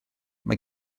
mae